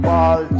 Ball